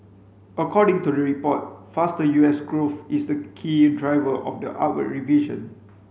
according to the report faster U S growth is the key driver of the upward revision